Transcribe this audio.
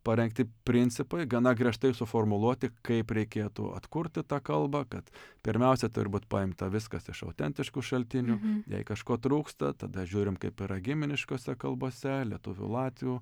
parengti principai gana griežtai suformuluoti kaip reikėtų atkurti tą kalbą kad pirmiausia turi būt paimta viskas iš autentiškų šaltinių jei kažko trūksta tada žiūrim kaip yra giminiškose kalbose lietuvių latvių